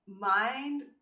mind